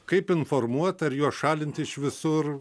kaip informuot ar juos šalint iš visur